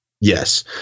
Yes